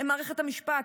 הם מערכת המשפט,